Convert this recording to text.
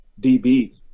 DB